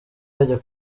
yajya